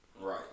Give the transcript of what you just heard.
Right